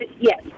Yes